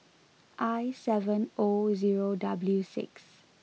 I seven O zero W six